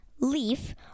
leaf